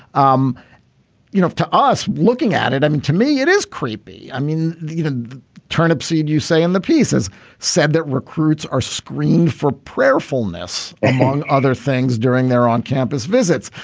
um you know to us looking at it i mean to me it is creepy. i mean the the turnip seed you say in the piece is said that recruits are screened for prayer fulness among other things during their on campus visits.